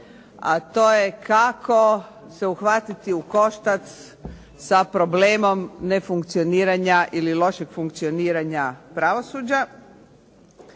a to je kako se uhvatiti u koštac sa problemom nefunkcioniranja ili lošeg funkcioniranja pravosuđa.